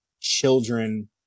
children